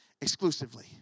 exclusively